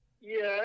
Yes